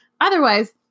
Otherwise